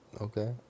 Okay